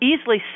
easily